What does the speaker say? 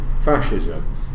fascism